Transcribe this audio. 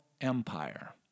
empire